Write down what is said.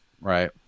right